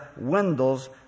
windows